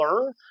learn